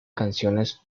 canciones